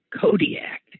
Kodiak